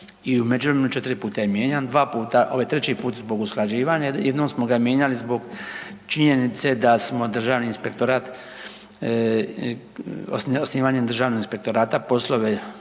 i u međuvremenu je 4 puta mijenjan. Dva puta, ovo je treći puta zbog usklađivanja i jednom smo ga mijenjali zbog činjenice da smo Državni inspektorat osnivanjem Državnog inspektorata poslove